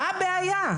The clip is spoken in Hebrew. מה הבעיה?